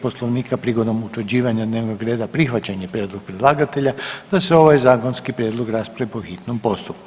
Poslovnika prigodom utvrđivanja dnevnog reda prihvaćen je prijedlog predlagatelja da se ovaj zakonski prijedlog raspravi po hitnom postupku.